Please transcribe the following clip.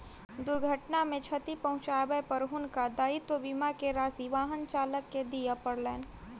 दुर्घटना मे क्षति पहुँचाबै पर हुनका दायित्व बीमा के राशि वाहन चालक के दिअ पड़लैन